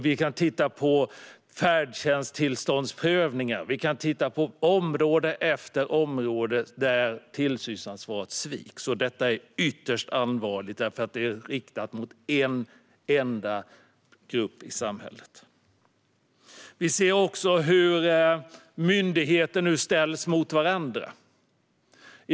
Vi kan titta på färdtjänsttillståndsprövningar. Vi kan titta på område efter område där tillsynsansvaret sviks. Detta är ytterst allvarligt, för det är riktat mot en enda grupp i samhället. Vi ser nu också hur myndigheter ställs mot varandra.